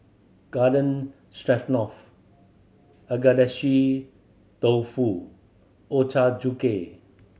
Garden Stroganoff Agedashi Dofu Ochazuke